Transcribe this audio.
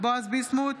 בועז ביסמוט,